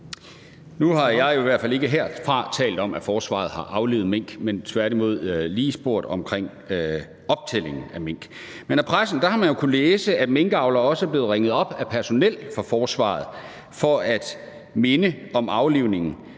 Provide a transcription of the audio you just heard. Nu har jeg jo i hvert fald ikke herfra talt om, at forsvaret har aflivet mink, men tværtimod lige spurgt til optælling af mink. Men af pressen har man jo kunnet læse, at minkavlere også er blevet ringet op af personel fra forsvaret for at minde om aflivningen.